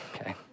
Okay